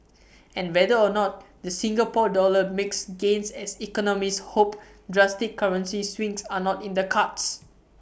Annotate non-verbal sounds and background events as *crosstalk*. *noise* and whether or not the Singapore dollar makes gains as economists hope drastic currency swings are not in the cards